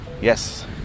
Yes